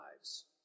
lives